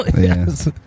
Yes